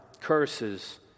curses